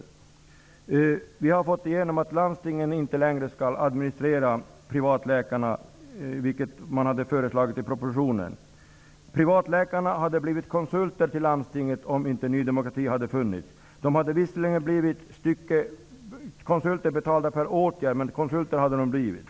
Vi i Ny demokrati har bidragit till att landstingen inte längre skall administrera privatläkarna till skillnad mot förslaget i propositionen. Privatläkarna skulle ha blivit konsulter till landstingen om inte Ny demokrati hade funnits. De hade visserligen blivit konsulter betalda per åtgärd, men konsulter hade de blivit.